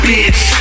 Bitch